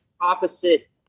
opposite